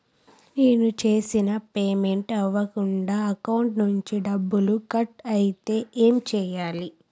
నేను చేసిన పేమెంట్ అవ్వకుండా అకౌంట్ నుంచి డబ్బులు కట్ అయితే ఏం చేయాలి?